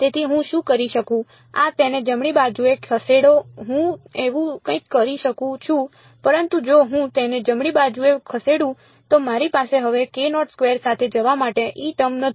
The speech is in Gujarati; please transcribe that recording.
તેથી હું શું કરી શકું આ તેને જમણી બાજુએ ખસેડો હું એવું કંઈક કરી શકું છું પરંતુ જો હું તેને જમણી બાજુએ ખસેડું તો મારી પાસે હવે સાથે જવા માટે E ટર્મ નથી